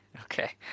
Okay